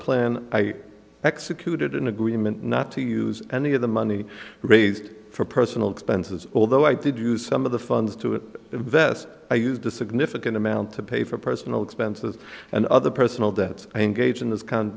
plan i executed an agreement not to use any of the money raised for personal expenses although i did use some of the funds to invest i used a significant amount to pay for personal expenses and other personal debts i engage in this